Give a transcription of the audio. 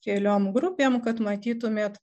keliom grupėm kad matytumėt